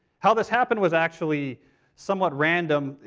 how this happened was actually somewhat random.